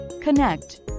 connect